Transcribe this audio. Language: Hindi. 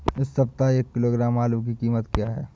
इस सप्ताह एक किलो आलू की कीमत क्या है?